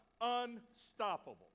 unstoppable